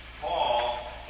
Paul